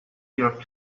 york